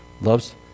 loves